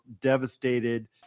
Devastated